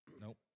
Nope